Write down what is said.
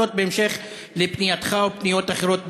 וזאת בהמשך לפנייתך ופניות אחרות בנושא.